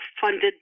funded